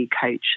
coach